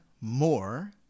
more